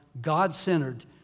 God-centered